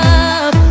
up